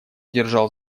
держал